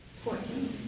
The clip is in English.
Fourteen